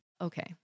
Okay